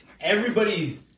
everybody's